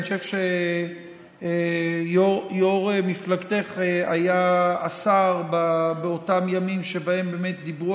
אני חושב שיושב-ראש מפלגתך היה השר בימים שבהם באמת דיברו